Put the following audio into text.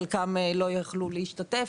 חלקם לא יכלו להשתתף.